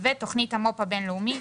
ותכנית המו"פ הבינלאומי,